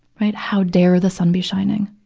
right, how dare the sun be shining?